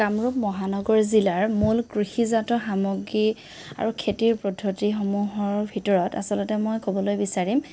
কামৰূপ মহানগৰ জিলাৰ মূল কৃষিজাত সামগ্ৰী আৰু খেতিৰ পদ্ধতিসমূহৰ ভিতৰত আচলতে মই ক'বলৈ বিচাৰিম